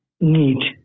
need